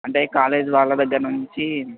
అంటే కాలేజ్ వాళ్ళ దగ్గర నుంచి